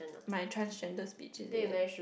my transgender speech is it